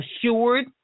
assured